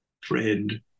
friend